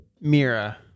Mira